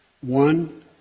one